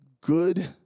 good